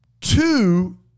Two